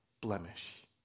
blemish